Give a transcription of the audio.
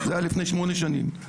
זה היה לפני שמונה שנים,